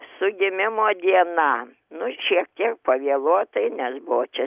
su gimimo diena nu šiek tiek pavėluotai nes buvo čia